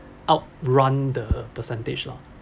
outrun the percentage lah